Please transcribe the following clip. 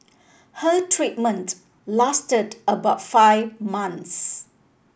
her treatment lasted about five months